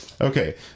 Okay